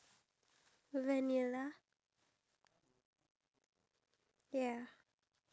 uh you know tea is very healthy for you because it detox your body